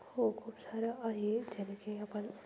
हो खूप सारं आहे ज्याने की आपण